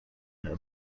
کرده